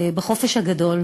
בחופש הגדול.